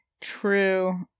True